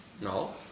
No